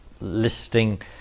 listing